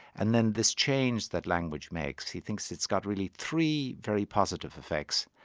and then this change that language makes, he thinks it's got really three very positive effects,